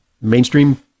mainstream